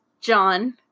John